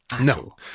No